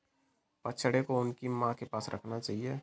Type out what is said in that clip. बछड़ों को उनकी मां के पास रखना चाहिए